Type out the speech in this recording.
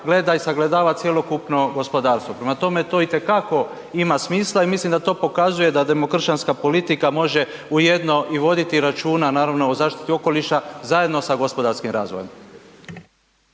gleda i sagledava cjelokupno gospodarstvo. Prema tome, to itekako ima smisla i mislim da to pokazuje da demokršćanska politika može ujedno i voditi računa, naravno, o zaštiti okoliša zajedno sa gospodarskim razvojem.